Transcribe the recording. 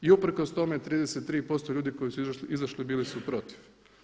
I uprkos tome 33% ljudi koji su izašli bili su protiv.